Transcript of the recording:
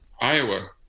Iowa